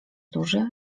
duży